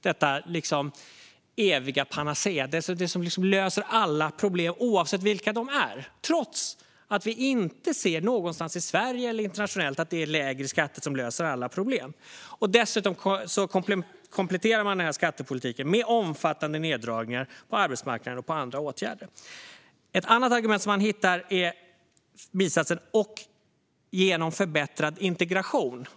Detta eviga panacea ska lösa alla problem, oavsett vilka de är, trots att vi inte ser någonstans - varken i Sverige eller internationellt - att lägre skatter löser alla problem. Man kompletterar dessutom skattepolitiken med omfattande neddragningar på arbetsmarknadsområdet och andra åtgärder. Ett annat argument man kan hitta är satsen "och genom förbättrad integration".